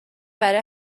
برای